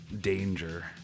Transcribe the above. danger